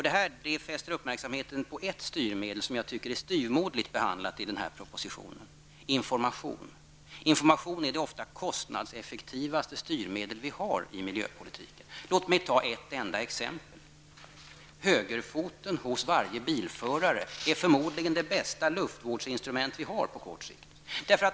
Det här riktar uppmärksamheten på ett styrmedel som jag tycker är styvmoderligt behandlat i propositionen: information. Information är ofta det mest kostnadseffektiva styrmedel vi har i miljöpolitiken. Låt mig ta ett enda exempel. Högerfoten hos varje bilförare är förmodligen det bästa luftvårdsinstrument vi har på kort sikt.